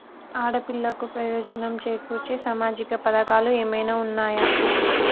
ఆడపిల్లలకు ప్రయోజనం చేకూర్చే సామాజిక పథకాలు ఏమైనా ఉన్నయా?